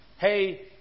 Hey